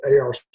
ARC